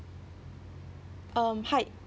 um height